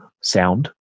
sound